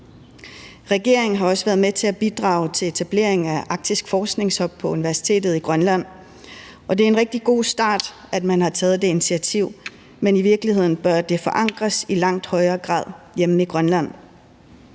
Regeringen har også været med til at bidrage til etableringen af en arktisk forskning-hub på universitetet i Grønland, og det er en rigtig god start, at man har taget det initiativ, men i virkeligheden bør det i langt højere grad forankres hjemme i Grønland.